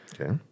Okay